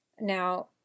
Now